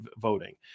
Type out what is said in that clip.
voting